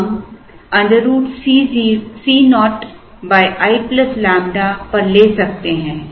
इसलिए हम √ Co i ƛ पर ले सकते हैं